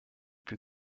plus